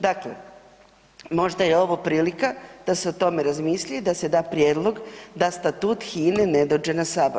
Dakle, možda je ovo prilika da se o tome razmisli i da se da prijedlog da statut HINA-e ne dođe na Sabor.